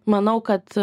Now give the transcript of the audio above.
manau kad